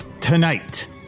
Tonight